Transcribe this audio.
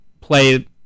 play